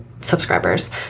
subscribers